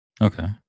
okay